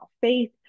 faith